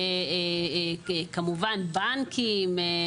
כמובן בנקים,